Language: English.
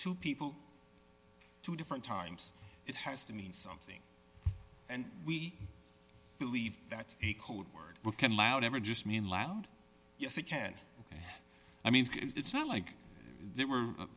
two people two different times it has to mean something and we believe that a code word will come out ever just mean loud yes it can i mean it's not like there were